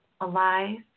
alive